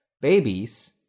babies